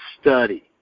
study